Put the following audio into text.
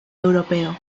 europeo